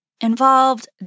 involved